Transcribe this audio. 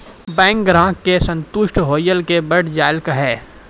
Bank ग्राहक के संतुष्ट होयिल के बढ़ जायल कहो?